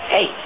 Hey